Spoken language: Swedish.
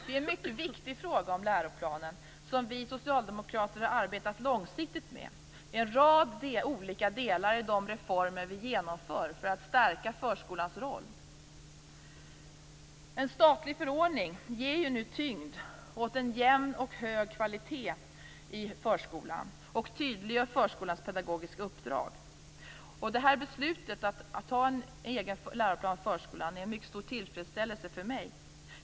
Det är en mycket viktig fråga om läroplanen som vi socialdemokrater har arbetat långsiktigt med. Det är en rad olika delar i de reformer vi genomför för att stärka förskolans roll. En statlig förordning ger nu tyngd åt en jämn och hög kvalitet i förskolan och tydliggör förskolans pedagogiska uppdrag. Det här beslutet att ha en egen läroplan för förskolan är en mycket stor tillfredsställelse för mig.